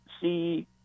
see